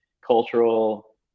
cultural